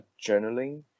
journaling